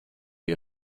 est